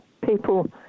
people